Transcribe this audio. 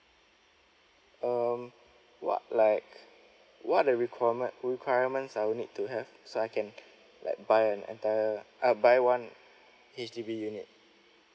um what like what the requirement requirements I will need to have so I can like buy an entire uh buy one H_D_B unit